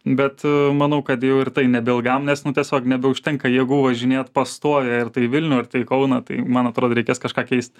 bet manau kad jau ir tai nebeilgam nes nu tiesiog nebeužtenka jėgų važinėt pastoviai ar tai į vilnių į kauną tai man atrodo reikės kažką keist